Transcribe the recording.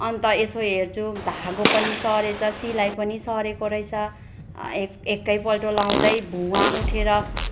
अन्त यसो हेर्छु धागो पनि सरेछ सिलाइ पनि सरेको रहेछ एक पल्ट लगाउँदा भुवा उठेर